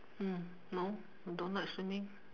mm no I don't like swimming